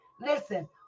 listen